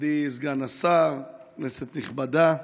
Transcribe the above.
מכובדי סגן השר, כנסת נכבדה,